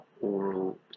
oral